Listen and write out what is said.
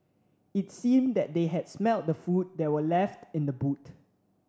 it seemed that they had smelt the food that were left in the boot